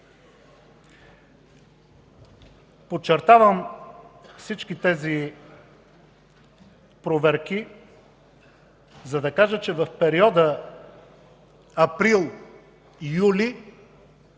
Подчертавам всички тези проверки, за да кажа, че в периода април – юли